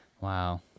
Wow